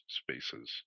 spaces